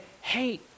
hey